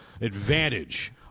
advantage